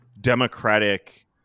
democratic